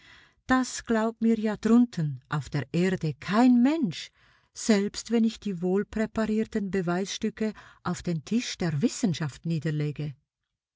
das glaubt mir ja drunten auf der erde kein mensch selbst wenn ich die wohlpräparierten beweisstücke auf den tisch der wissenschaft niederlege